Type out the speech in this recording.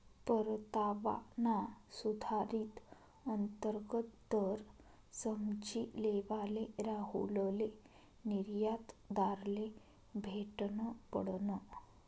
परतावाना सुधारित अंतर्गत दर समझी लेवाले राहुलले निर्यातदारले भेटनं पडनं